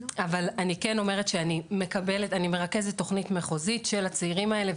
אבל אני מרכזת תוכנית מחוזית של הצעירים האלה,